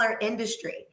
industry